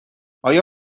آیا